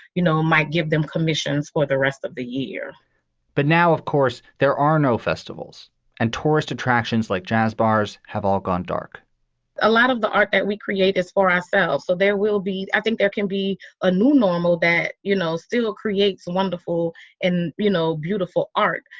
you know, might give them commissions for the rest of the year but now, of course, there are no festivals and tourist attractions like jazz bars have all gone dark a lot of the art that we create is for ourselves so there will be i think there can be a new normal that, you know, still creates a wonderful and, you know, beautiful art.